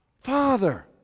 Father